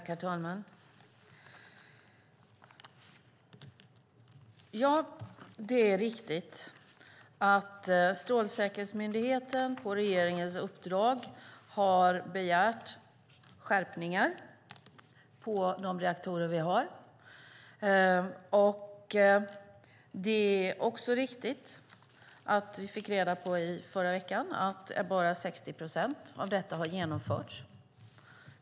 Herr talman! Det är riktigt att Strålsäkerhetsmyndigheten på regeringens uppdrag har begärt skärpningar för de reaktorer vi har. Det är också riktigt att vi fick reda på i förra veckan att bara 60 procent av detta har genomförts.